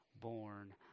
born